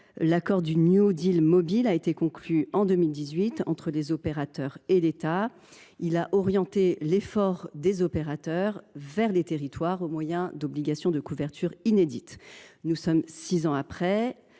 L’accord du New Deal mobile a été conclu en 2018 entre les opérateurs et l’État. Il a orienté l’effort des opérateurs vers la couverture du territoire, au moyen d’obligations de couverture inédites. Six ans après